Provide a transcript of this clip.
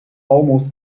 almost